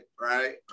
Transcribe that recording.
right